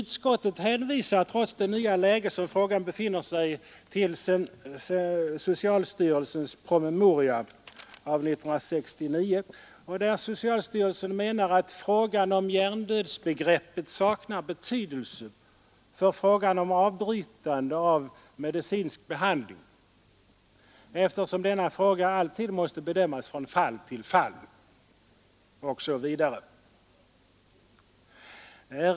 Trots det nya läge som frågan befinner sig i hänvisar utskottet till socialstyrelsens promemoria av 1969, vari socialstyrelsen framhåller att ”frågan om införande av hjärndödsbegreppet saknar betydelse för frågan av avbrytande av medicinsk behandling, eftersom denna fråga alltid måste bedömas från fall till fall ———”.